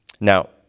Now